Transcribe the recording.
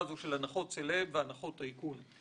הזאת של הנחות סלב והנחות טייקון.